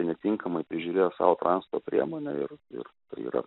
netinkamai prižiūrėjo savo transporto priemonę ir ir yra